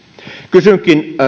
kysynkin